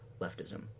leftism